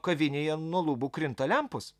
kavinėje nuo lubų krinta lempos